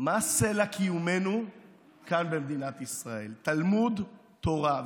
מה סלע קיומנו כאן, במדינת ישראל: תלמוד תורה.